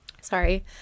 Sorry